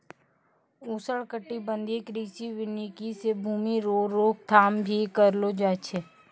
उष्णकटिबंधीय कृषि वानिकी से भूमी रो रोक थाम भी करलो जाय छै